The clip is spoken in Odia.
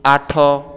ଆଠ